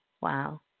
Wow